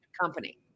company